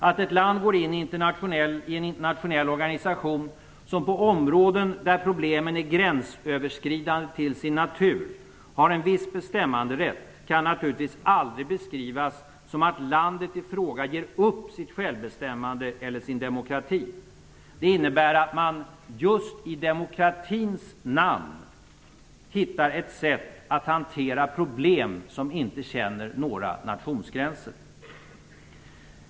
Att ett land går in i en internationell organisation, som på områden där problemen till sin natur är gränsöverskridande har en viss bestämmanderätt, kan naturligtvis aldrig beskrivas som att landet i fråga ger upp sitt självbestämmande eller sin demokrati. Det innebär att man just i demokratins namn hittar ett sätt att hantera problem som inte känner några nationsgränser.